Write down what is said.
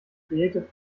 creative